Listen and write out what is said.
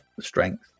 strength